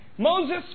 Moses